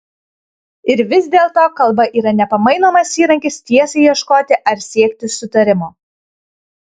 ir vis dėlto kalba yra nepamainomas įrankis tiesai ieškoti ar siekti sutarimo